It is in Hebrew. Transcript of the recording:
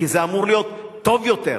כי זה אמור להיות טוב יותר,